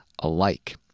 alike